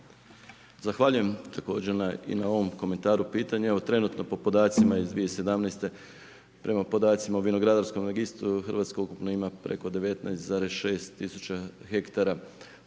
Zahvaljujem također i na ovom komentaru, pitanju, trenutno, po podacima iz 2017. prema podacima o vinogradarskom registru, Hrvatska ukupno ima preko 19,6 tisuća hektara